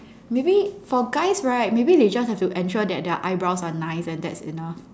maybe for guys right maybe they just have to ensure that their eyebrows are nice and that's enough